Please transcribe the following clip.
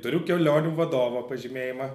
turiu kelionių vadovo pažymėjimą